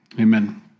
amen